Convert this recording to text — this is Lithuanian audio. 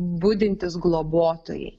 budintys globotojai